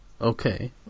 Okay